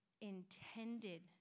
intended